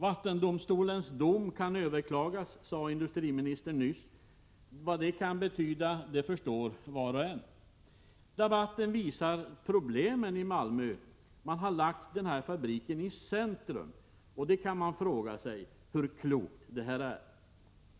Vattendomstolens dom kan överklagas, sade industriministern nyss, och vad det kan betyda förstår var och en. Debatten visar på problemen i Malmö. Fabriken har placerats i centrum, och man kan fråga sig hur klokt det är.